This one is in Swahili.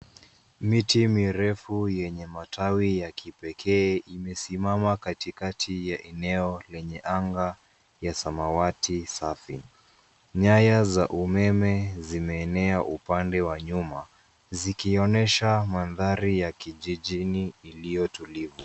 Miti mirefu yenye matawi ya kipekee imesimama katikati ya eneo lenye anga ya samawati safi. Nyaya za umeme zimeenea upande wa nyuma ,zikionyesha mandhari ya kijijini iliyotulivu.